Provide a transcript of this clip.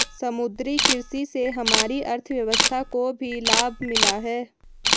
समुद्री कृषि से हमारी अर्थव्यवस्था को भी लाभ मिला है